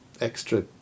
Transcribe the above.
extra